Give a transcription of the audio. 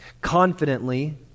confidently